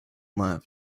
laughed